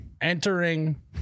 Entering